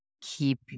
keep